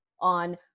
on